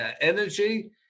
energy